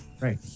right